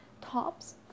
tops